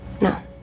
no